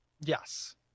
Yes